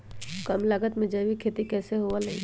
कम लागत में जैविक खेती कैसे हुआ लाई?